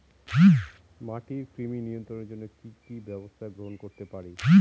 মাটির কৃমি নিয়ন্ত্রণের জন্য কি কি ব্যবস্থা গ্রহণ করতে পারি?